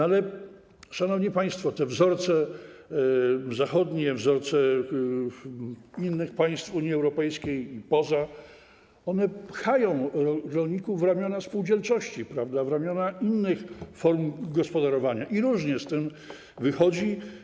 Ale, szanowni państwo, te wzorce zachodnie, wzorce innych państw Unii Europejskiej i spoza niej pchają rolników w ramiona spółdzielczości, w ramiona innych form gospodarowania i różnie z tym wychodzi.